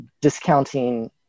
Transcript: discounting